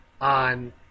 on